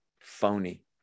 phony